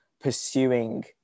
pursuing